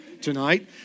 tonight